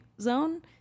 zone